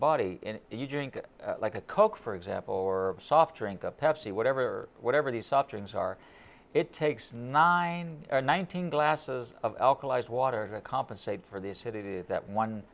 body you drink like a coke for example or soft drink a pepsi whatever or whatever the sufferings are it takes nine or nineteen glasses of alkalis water to compensate for this city that one